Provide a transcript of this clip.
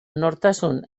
nortasun